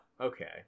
okay